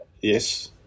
Yes